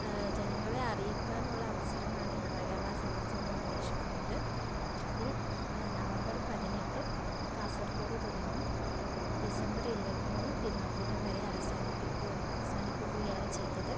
ജനങ്ങളെ അറിയിക്കാനുള്ള അവസരമാണ് ഈ നവ കേരള സദസ്സ് എന്ന് ഉദ്ദേശിക്കുന്നത് അതിൽ നവംബർ പതിനെട്ട് കാസർഗോഡ് തുടങ്ങി ഡിസംബർ ഇരുപത്തി മൂന്ന് തിരുവനന്തപുരം വരെ അവസാനിപ്പിക്കുക അവസാനിപ്പിക്കുകയാണ് ചെയ്തത്